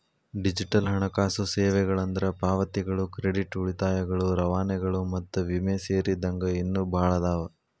digital ಹಣಕಾಸು ಸೇವೆಗಳಂದ್ರ ಪಾವತಿಗಳು ಕ್ರೆಡಿಟ್ ಉಳಿತಾಯಗಳು ರವಾನೆಗಳು ಮತ್ತ ವಿಮೆ ಸೇರಿದಂಗ ಇನ್ನೂ ಭಾಳ್ ಅದಾವ